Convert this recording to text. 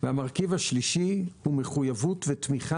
והמרכיב השלישי הוא מחויבות ותמיכה